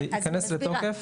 זה ייכנס לתוקף?